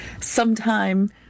Sometime